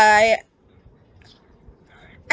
I I